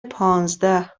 پانزده